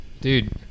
Dude